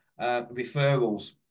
referrals